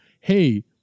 hey